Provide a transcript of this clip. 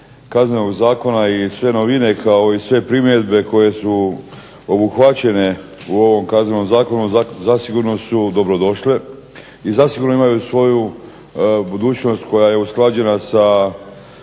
Kaznenog zakona i sve novine, kao i sve primjedbe koje su obuhvaćene u ovom Kaznenom zakonu zasigurno su dobrodošle, i zasigurno imaju svoju budućnost koja je usklađena sa